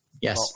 Yes